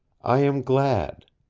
i am glad.